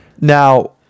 Now